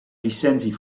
licentie